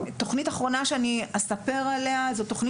התוכנית האחרונה שאספר עליה זו תוכנית